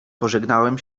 pożegnałem